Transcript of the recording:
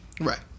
right